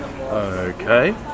Okay